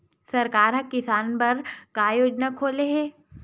सरकार ह किसान बर का योजना खोले हे?